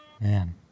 Man